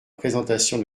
présentation